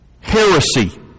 heresy